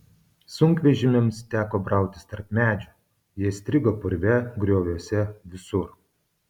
sunkvežimiams teko brautis tarp medžių jie strigo purve grioviuose visur